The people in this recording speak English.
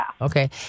okay